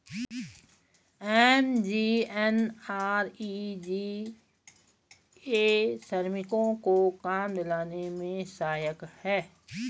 MGNREGA श्रमिकों को काम दिलाने में सहायक है